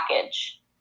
package